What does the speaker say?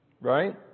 right